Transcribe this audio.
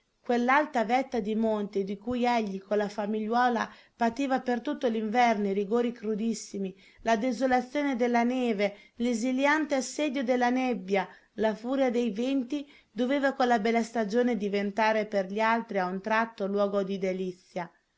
quell'alta vetta di monte di cui egli con la famigliuola pativa per tutto l'inverno i rigori crudissimi la desolazione della neve l'esiliante assedio della nebbia la furia dei venti doveva con la bella stagione diventare per gli altri a un tratto luogo di delizia